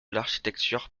l’architecture